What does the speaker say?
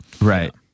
right